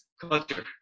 culture